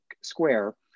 Square